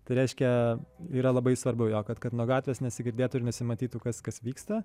tai reiškia yra labai svarbu jo kad kad nuo gatvės nesigirdėtų ir nesimatytų kas kas vyksta